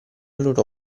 loro